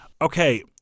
Okay